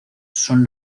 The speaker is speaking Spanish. son